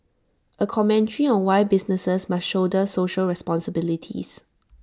A commentary on why businesses must shoulder social responsibilities